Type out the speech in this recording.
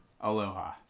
Aloha